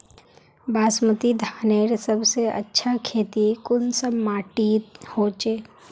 बासमती धानेर सबसे अच्छा खेती कुंसम माटी होचए?